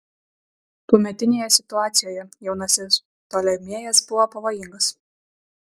tuometinėje situacijoje jaunasis ptolemėjas buvo pavojingas